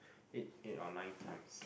eight eight or nine times